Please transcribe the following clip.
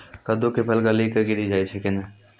कददु के फल गली कऽ गिरी जाय छै कैने?